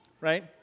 right